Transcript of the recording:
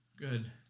Good